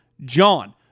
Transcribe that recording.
JOHN